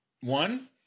One